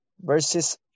verses